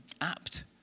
apt